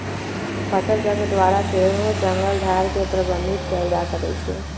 फसलचक्र द्वारा सेहो जङगल झार के प्रबंधित कएल जा सकै छइ